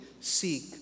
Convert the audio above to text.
seek